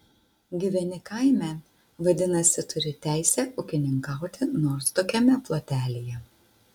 gyveni kaime vadinasi turi teisę ūkininkauti nors tokiame plotelyje